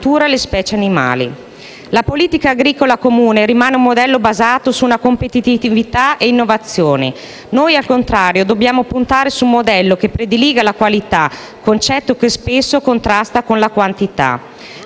La Politica Agricola Comune rimane un modello basato su competitività e innovazione. Noi, al contrario, dobbiamo puntare su un modello che prediliga la qualità, concetto che spesso contrasta con la quantità.